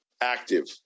active